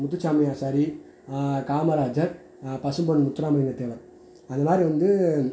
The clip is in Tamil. முத்துசாமி ஆசாரி காமராஜர் பசும்பொன் முத்துராமலிங்க தேவர் அந்தமாதிரி வந்து